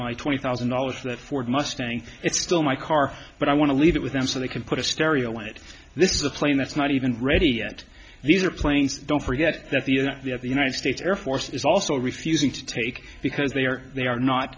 my twenty thousand dollars that ford mustang it's still my car but i want to leave it with them so they can put a stereo on it this is the plane that's not even ready yet these are planes don't forget that the united states air force is also fusing to take because they are they are not